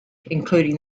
including